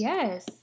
Yes